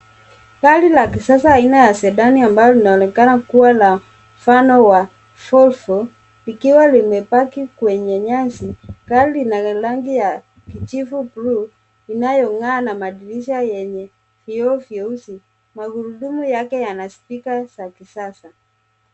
Gari la kisasa aina ya Sedan ambalo linaonekana kuwa la mfano wa Volvo, likiwa limepaki kwenye nyasi. Gari lina rangi ya kijivu buluu inayong'aa na madirisha yenye vioo vyeusi. Magurudumu yake yana spika za kisasa.